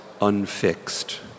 unfixed